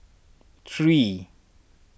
three